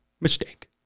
mistake